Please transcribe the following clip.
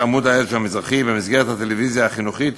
"עמוד האש המזרחי" במסגרת הטלוויזיה החינוכית